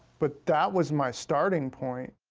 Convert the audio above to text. but that was my starting point.